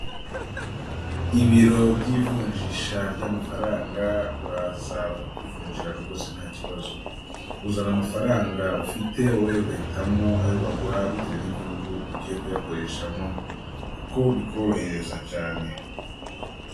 Ibiro by'ivunjisha ry'amafaranga uraza bakakuvunjira rwose nta kibazo, uzana amafaranga ufite wowe ugahitamo ayo baguha bitewe n'igihugu ugiye kuyakoreshamo kuko bikorohereza cyane.